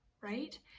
right